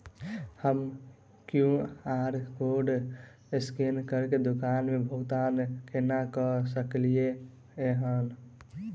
हम QR code scan करके दुकान मे भुगतान केना करऽ सकलिये एहन?